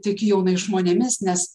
tikiu jaunais žmonėmis nes